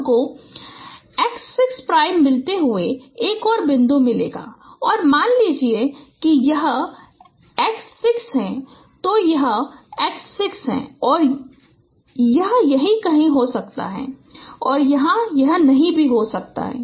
तो हमको x 6 prime मिलते हुए एक और बिंदु मिलेगा और मान लीजिए कि यह x 6 है तो यह x 6 है यह कहीं और हो सकता है यह यहां नहीं है